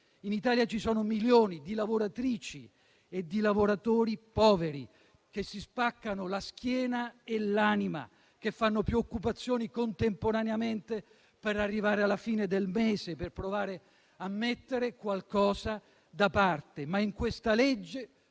In Italia ci sono milioni di lavoratrici e di lavoratori poveri che si spaccano la schiena e l'anima, che fanno più occupazioni contemporaneamente per arrivare alla fine del mese, per provare a mettere qualcosa da parte, ma in questa legge